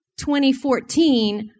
2014